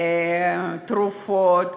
ותרופות,